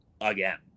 again